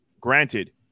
Granted